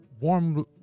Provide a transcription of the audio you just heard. warm